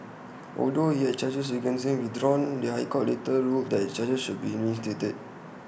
although he had the charges against him withdrawn the High Court later ruled that the charges should be reinstated